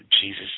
Jesus